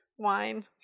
wine